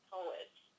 Poets